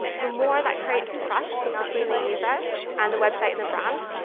the more that creates trust between the user and the website and the brand.